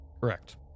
correct